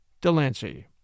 Delancey